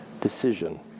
decision